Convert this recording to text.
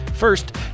First